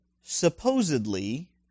supposedly